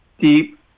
deep